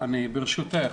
ברשותך,